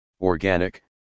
organic